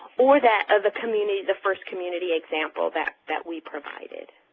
or that of the community, the first community example that that we provided.